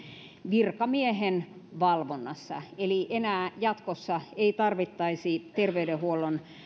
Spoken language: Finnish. virkamiehen valvonnassa eli enää jatkossa ei tarvittaisi terveydenhuollon